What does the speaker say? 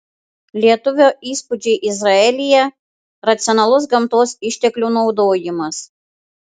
lietuvio įspūdžiai izraelyje racionalus gamtos išteklių naudojimas